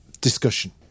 discussion